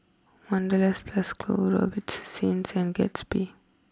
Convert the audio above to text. Wanderlust Plus Co Robitussin and Gatsby